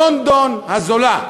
לונדון הזולה,